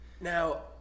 Now